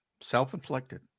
self-inflicted